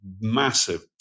massive